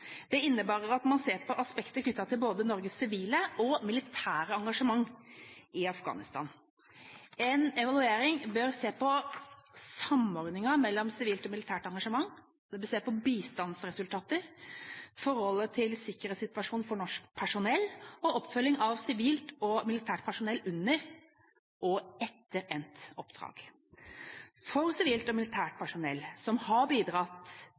Det innebærer at man ser på aspekter knyttet til både Norges sivile og militære engasjement i Afghanistan. En evaluering bør se på samordningen mellom sivilt og militært engasjement, den bør se på bistandsresultater, forholdet til sikkerhetssituasjonen for norsk personell og oppfølging av sivilt og militært personell under og etter endt oppdrag. For sivilt og militært personell som har bidratt